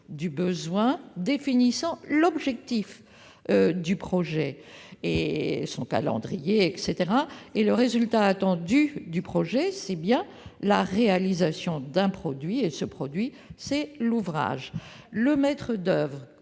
du besoin, définissant l'objectif du projet, son calendrier, etc. Le résultat attendu du projet est la réalisation d'un produit, c'est-à-dire l'ouvrage. Le maître d'oeuvre,